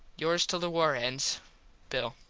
yours till the war ends bill